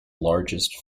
largest